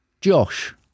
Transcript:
Josh